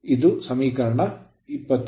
ಇದು ಸಮೀಕರಣ 22